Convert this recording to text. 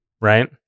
right